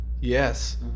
Yes